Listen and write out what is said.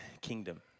kingdom